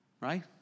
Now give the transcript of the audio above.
right